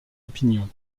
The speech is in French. opinion